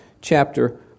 chapter